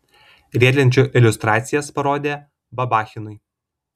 riedlenčių iliustracijas parodė babachinui